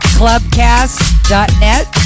clubcast.net